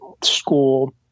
school